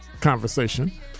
conversation